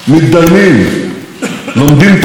הלוואי שהיו רואים הם אותנו,